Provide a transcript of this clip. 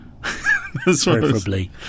Preferably